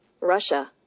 Russia